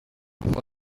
for